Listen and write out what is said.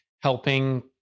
helping